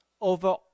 over